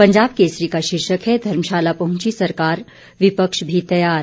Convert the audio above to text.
पंजाब केसरी का शीर्षक है धर्मशाला पहुंची सरकार विपक्ष भी तैयार